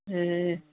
ए